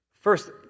First